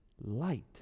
light